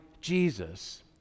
Jesus